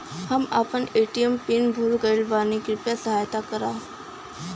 हम आपन ATM PIN भूल गईल बानी कृपया सहायता करी